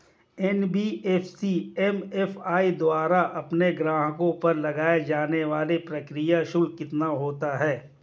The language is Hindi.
एन.बी.एफ.सी एम.एफ.आई द्वारा अपने ग्राहकों पर लगाए जाने वाला प्रक्रिया शुल्क कितना होता है?